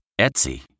Etsy